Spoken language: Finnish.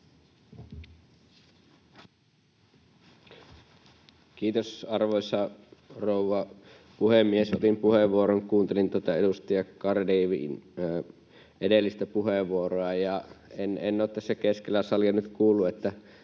Kiitos, arvoisa rouva puhemies! Otin puheenvuoron, kun kuuntelin tätä edustaja Garedewin edellistä puheenvuoroa ja en ole tässä keskellä salia nyt kuullut, että